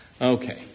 Okay